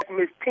Miss